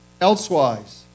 elsewise